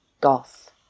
goth